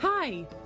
Hi